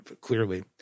clearly